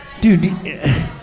dude